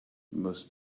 most